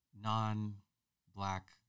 non-black